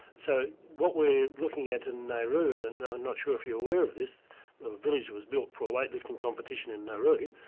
so what we're looking at in nauru, and i'm you know not sure if you're aware of this, a village was built for a weight lifting competition in nauru,